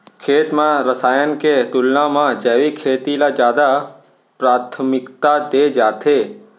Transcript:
खेत मा रसायन के तुलना मा जैविक खेती ला जादा प्राथमिकता दे जाथे